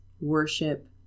worship